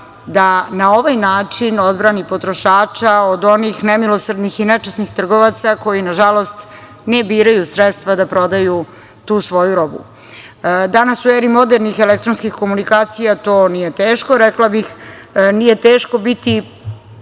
da na ovaj način odbrani potrošača od onih nemilosrdnih i nečasnih trgovaca koji, nažalost, ne biraju sredstva da prodaju tu svoju robu. Danas u eri modernih elektronskih komunikacija to nije teško. Rekla bih da nije teško biti